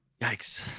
yikes